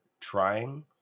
trying